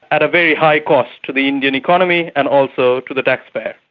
at a very high cost to the indian economy and also to the taxpayer.